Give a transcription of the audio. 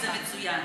וזה מצוין.